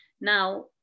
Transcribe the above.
Now